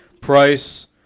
Price